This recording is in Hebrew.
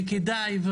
כדאי,